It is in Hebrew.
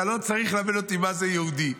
אתה לא צריך ללמד אותי מה זה יהודי.